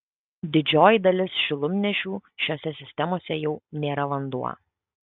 didžioji dalis šilumnešių šiose sistemose jau nėra vanduo